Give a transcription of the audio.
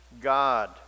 God